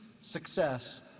success